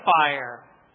fire